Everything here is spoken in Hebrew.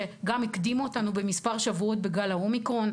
שגם הקדימו אותנו במספר שבועות בגל האומיקרון,